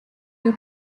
due